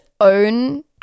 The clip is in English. own